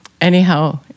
anyhow